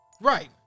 Right